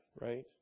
right